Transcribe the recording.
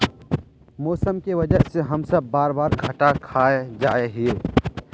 मौसम के वजह से हम सब बार बार घटा खा जाए हीये?